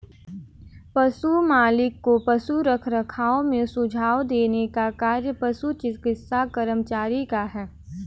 पशु मालिक को पशु रखरखाव में सुझाव देने का कार्य पशु चिकित्सा कर्मचारी का है